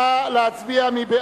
נא להצביע.